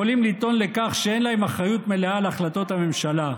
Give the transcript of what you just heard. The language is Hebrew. שיכולים לטעון לכך שאין להם אחריות מלאה על החלטות הממשלה,